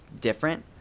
different